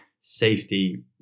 safety